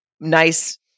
nice